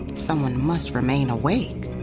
someone must remain awake